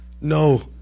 No